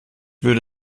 würde